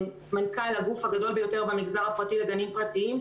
מנכ"ל הגוף הגדול ביותר במגזר הפרטי לגנים פרטיים,